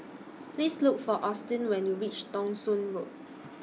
Please Look For Austin when YOU REACH Thong Soon Road